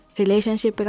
relationship